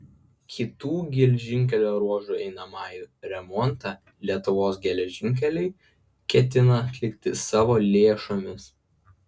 kitų geležinkelio ruožų einamąjį remontą lietuvos geležinkeliai ketina atlikti savo lėšomis